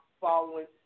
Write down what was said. following